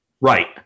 Right